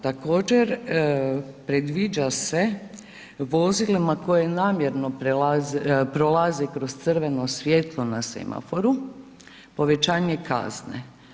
Također predviđa se vozilima koje namjerno prolaze kroz crveno svjetlo na semaforu povećanje kazne.